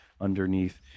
underneath